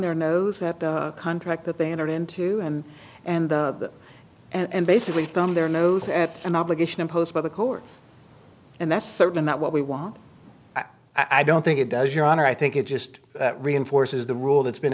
their nose at the contract that they entered into and the and basically thumbed their nose at an obligation imposed by the court and that's certainly not what we want i don't think it does your honor i think it just reinforces the rule that's been